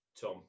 Tom